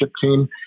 team